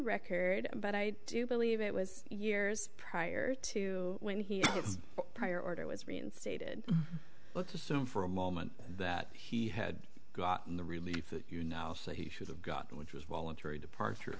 record but i do believe it was years prior to when he prior order was reinstated let's assume for a moment that he had gotten the relief that you now say he should have gotten which was voluntary departure